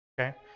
Okay